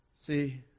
See